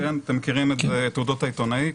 אתם מכירים את תעודת העיתונאי,